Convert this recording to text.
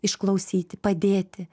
išklausyti padėti